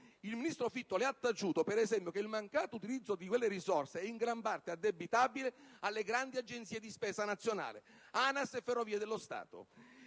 Il ministro Fitto le ha taciuto, per esempio, che il mancato utilizzo di quelle risorse è in gran parte addebitabile alle grandi agenzie di spesa nazionale, l'ANAS e le Ferrovie dello Stato.